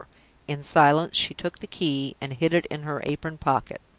in silence, she took the key and hid it in her apron pocket.